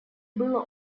было